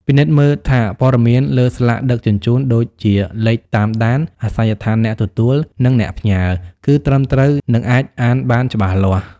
ពិនិត្យមើលថាព័ត៌មានលើស្លាកដឹកជញ្ជូន ដូចជាលេខតាមដាន អាសយដ្ឋានអ្នកទទួល និងអ្នកផ្ញើ គឺត្រឹមត្រូវ និងអាចអានបានច្បាស់លាស់។